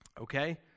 Okay